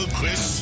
Chris